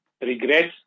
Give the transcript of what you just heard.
Regrets